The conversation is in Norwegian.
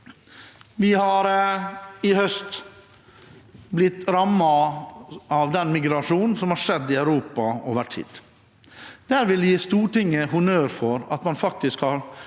Vi har i høst blitt rammet av migrasjonen som har skjedd i Europa over tid. Der vil jeg gi Stortinget honnør for at man faktisk har